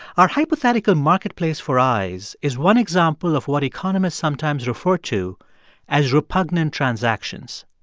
our hypothetical marketplace for eyes is one example of what economists sometimes refer to as repugnant transactions.